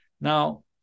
Now